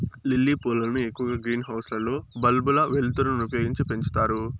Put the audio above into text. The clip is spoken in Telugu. లిల్లీ పూలను ఎక్కువగా గ్రీన్ హౌస్ లలో బల్బుల వెలుతురును ఉపయోగించి పెంచుతారు